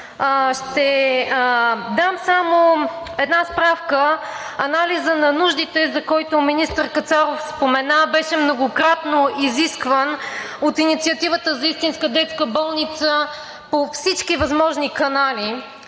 Ще дам само една справка – анализът на нуждите, за който министър Кацаров спомена, беше многократно изискван от Инициативата за истинска детска болница по всички възможни канали